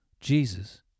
Jesus